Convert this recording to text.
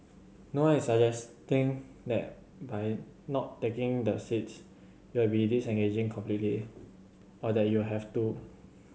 no one is suggesting that by not taking the seats you'll be disengaging completely or that you have to